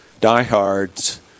diehards